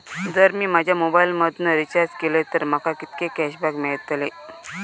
जर मी माझ्या मोबाईल मधन रिचार्ज केलय तर माका कितके कॅशबॅक मेळतले?